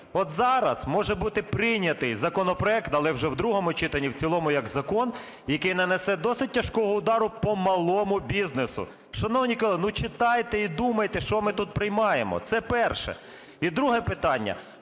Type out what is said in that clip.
От зараз може бути прийнятий законопроект, але вже в другому читанні і в цілому як закон, який нанесе досить тяжкого удару по малому бізнесу. Шановні колеги, ну, читайте і думайте, що ми тут приймаємо. Це перше. І друге питання.